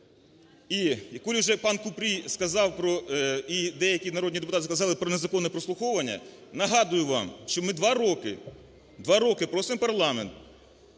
І коль уже пан Купрій сказав про... і деякі народні депутати сказали про незаконне прослуховування, нагадую вам, що ми два роки, два роки просимо парламент